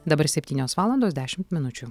dabar septynios valandos dešimt minučių